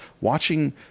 watching